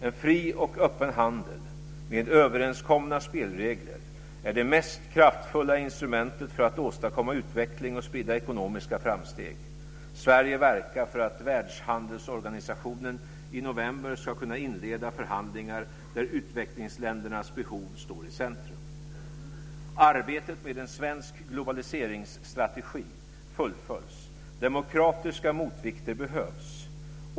En fri och öppen handel med överenskomna spelregler är det mest kraftfulla instrumentet för att åstadkomma utveckling och sprida ekonomiska framsteg. Sverige verkar för att Världshandelsorganisationen i november ska kunna inleda förhandlingar där utvecklingsländernas behov står i centrum. Arbetet med en svensk globaliseringsstrategi fullföljs. Demokratiska motvikter behövs.